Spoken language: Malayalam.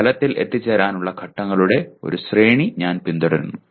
ഒരു ഫലത്തിൽ എത്തിച്ചേരാനുള്ള ഘട്ടങ്ങളുടെ ഒരു ശ്രേണി ഞാൻ പിന്തുടരുന്നു